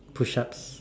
push ups